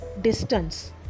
distance